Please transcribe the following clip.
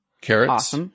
Carrots